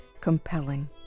compelling